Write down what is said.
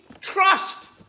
Trust